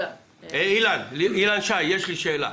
אילן שי, יש לי שאלה